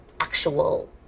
actual